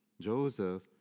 Joseph